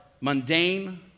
mundane